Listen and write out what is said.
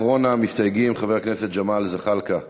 אחרון המסתייגים, חבר הכנסת ג'מאל זחאלקה מבל"ד.